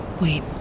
Wait